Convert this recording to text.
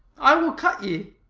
i will cut ye.